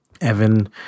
Evan